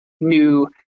new